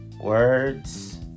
words